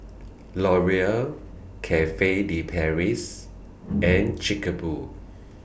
Laurier Cafe De Paris and Chic Boo